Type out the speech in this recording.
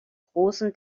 großen